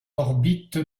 orbite